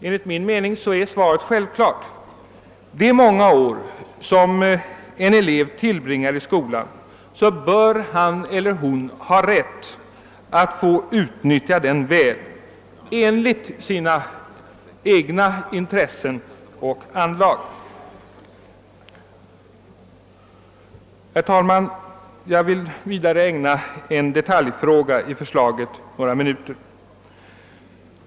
Enligt min mening är svaret självklart: de många år som en elev tillbringar i skolan bör han eller hon ha rätt att få utnyttja väl, enligt sina egna intressen och anlag. Herr talman! Jag vill vidare ägna en detaljfråga i förslaget några minuter.